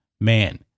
man